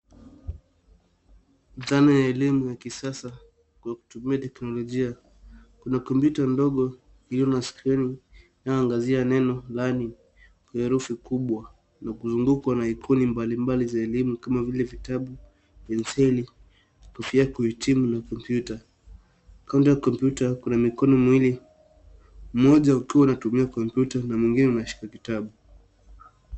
Djhana ya elimu ya kisasa kwa kutumia teknolojia. Kuna kompyuta ndogo iliyo na skrini, inayoangazia neno learning kwa herufi kubwa na kuzungukwa na ikoni mbali mbali za elimu kama vile: vitabu, penseli, kofia ya kuhitimu na kompyuta. Kando ya kompyuta kuna mikono miwili, mmoja ukiwa unatumia kompyuta na mwingine umeshika kitabu.